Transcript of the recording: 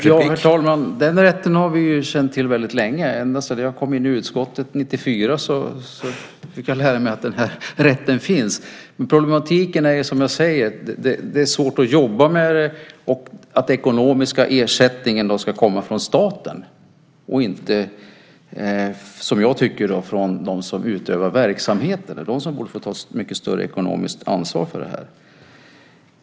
Herr talman! Den rätten har vi känt till länge. Redan när jag kom in i utskottet 1994 fick jag lära mig att den rätten fanns. Problemet är att det är svårt att jobba med den och att den ekonomiska ersättningen ska komma från staten och inte, som jag tycker, från dem som utövar verksamheten. De borde få ta ett mycket större ekonomiskt ansvar för detta.